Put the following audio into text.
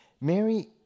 Mary